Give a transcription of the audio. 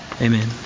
Amen